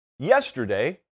yesterday